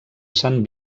sant